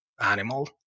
animal